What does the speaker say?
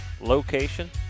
location